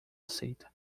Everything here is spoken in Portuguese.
aceita